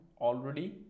already